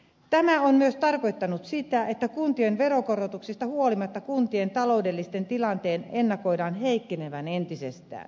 tämä on myös tarkoittanut sitä että kuntien veronkorotuksista huolimatta kuntien taloudellisen tilanteen ennakoidaan heikkenevän entisestään